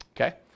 Okay